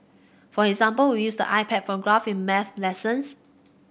for example we use the iPad for graph in maths lessons